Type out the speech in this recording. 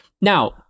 now